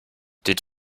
did